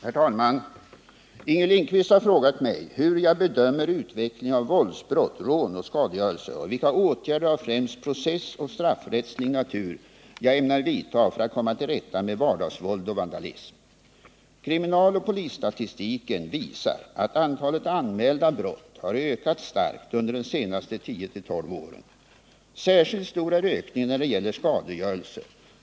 Herr talman! Inger Lindquist har frågat mig hur jag bedömer utvecklingen av våldsbrott, rån och skadegörelse och vilka åtgärder av främst processoch straffrättslig natur jag ämnar vidta för att komma till rätta med vardagsvåld och vandalism. Kriminaloch polisstatistiken visar att antalet anmälda brott har ökat starkt under de senaste 10-12 åren. Särskilt stor är ökningen när det gäller skadegörelse.